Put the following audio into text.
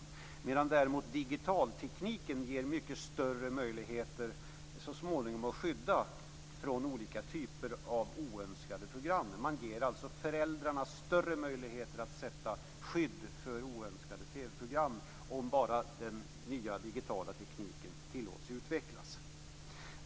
Däremot ger digitaltekniken så småningom mycket större möjligheter att skydda från olika typer av oönskade program. Man ger alltså föräldrarna större möjligheter att sätta stopp för oönskade TV-program, om bara den nya digitala tekniken tillåts att utvecklas.